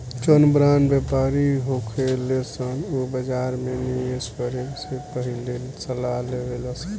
जौन बड़ व्यापारी होखेलन उ बाजार में निवेस करे से पहिले सलाह लेवेलन